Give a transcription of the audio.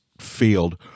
field